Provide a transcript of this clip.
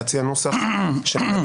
להציע נוסח שכולל